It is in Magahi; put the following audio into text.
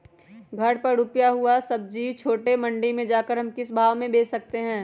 घर पर रूपा हुआ सब्जी छोटे मंडी में जाकर हम किस भाव में भेज सकते हैं?